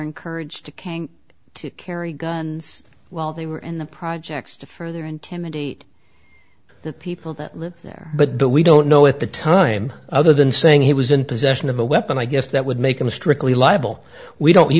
encouraged to kang to carry guns while they were in the projects to further intimidate the people that live there but the we don't know at the time other than saying he was in possession of a weapon i guess that would make him a strictly liable we don't